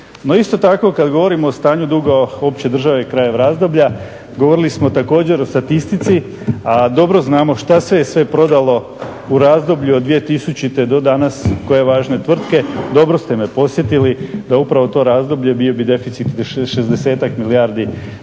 No isto tako kada govorimo o stanju duga opće države kraj razdoblja, govorili smo također o statistici, a dobro znamo šta se je sve prodalo u razdoblju od 2000.do danas koje važne tvrtke, dobro ste me podsjetili da upravo to razdoblje bio bi deficit 60-tak milijardi